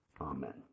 Amen